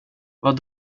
vad